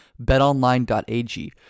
BetOnline.ag